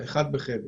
אחד בחדר.